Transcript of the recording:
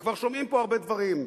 וכבר שומעים פה הרבה דברים.